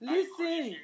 Listen